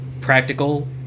practical